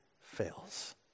fails